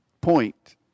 point